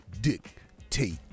Dictate